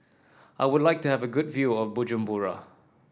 I would like to have a good view of Bujumbura